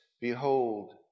Behold